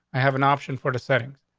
i have an option for the setting.